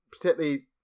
particularly